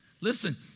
Listen